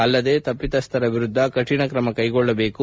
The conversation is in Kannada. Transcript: ಅಲ್ಲದೆ ತಪ್ಪಿತಸ್ಥರ ವಿರುದ್ಧ ಕಠಿಣ ಕ್ರಮ ಕೈಗೊಳ್ಳಬೇಕು